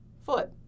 foot